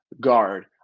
guard